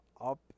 up